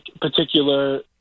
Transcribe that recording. particular